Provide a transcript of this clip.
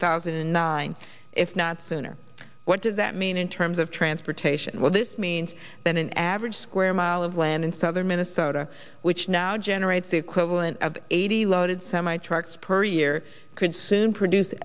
thousand and nine if not sooner what does that mean in terms of transportation well this means that an average square mile of land in southern minnesota which now generates the equivalent of eighty loaded semi trucks per year could soon produce